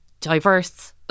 diverse